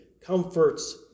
comforts